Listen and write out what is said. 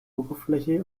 oberfläche